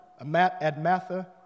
Admatha